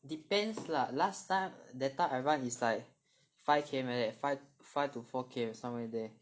depends lah last time that time I run is like five K_M like that five five to four K_M somewhere there